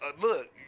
Look